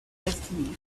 destiny